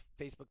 Facebook